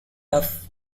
duff